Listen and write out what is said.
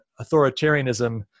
authoritarianism